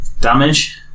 Damage